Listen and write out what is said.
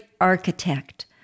architect